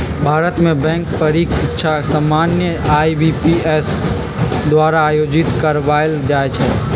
भारत में बैंक परीकछा सामान्य आई.बी.पी.एस द्वारा आयोजित करवायल जाइ छइ